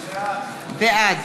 בעד